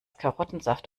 karottensaft